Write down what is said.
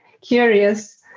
curious